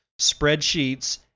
spreadsheets